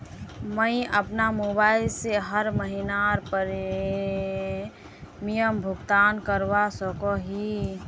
मुई अपना मोबाईल से हर महीनार प्रीमियम भुगतान करवा सकोहो ही?